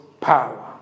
power